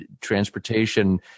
transportation